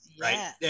right